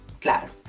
claro